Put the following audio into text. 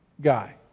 guy